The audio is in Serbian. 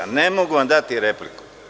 Ne mogu vam dati repliku.